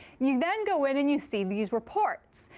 you then go in and you see these reports.